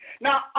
Now